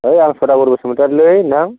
होइ आं सदागर बसुमतारिलै नोंथां